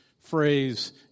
Phrase